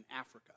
Africa